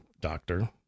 doctor